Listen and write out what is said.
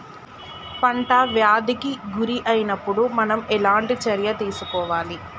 పంట వ్యాధి కి గురి అయినపుడు మనం ఎలాంటి చర్య తీసుకోవాలి?